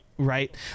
right